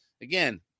Again